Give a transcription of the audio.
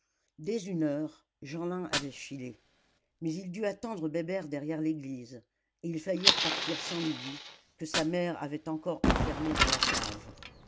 dès une heure jeanlin avait filé mais il dut attendre bébert derrière l'église et ils faillirent partir sans lydie que sa mère avait encore enfermée dans la cave